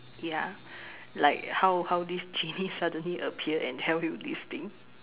ya like how how this genie suddenly appear and tell you this thing